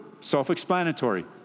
self-explanatory